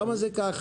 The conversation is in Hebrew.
למה זה ככה?